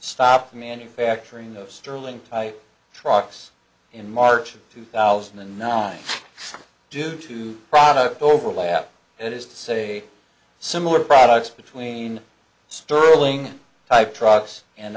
stop manufacturing of sterling type trucks in march of two thousand and nine due to product overlap that is to say similar products between sterling type trucks and